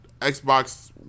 Xbox